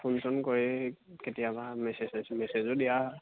phone চোন কৰি কেতিয়াবা মেছেজ চেজে মেছেজো দিয়া